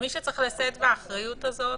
ומי שצריך לשאת באחריות הזאת